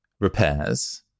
repairs